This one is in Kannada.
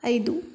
ಐದು